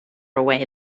away